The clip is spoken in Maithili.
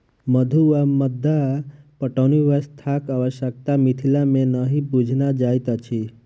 मद्दु वा मद्दा पटौनी व्यवस्थाक आवश्यता मिथिला मे नहि बुझना जाइत अछि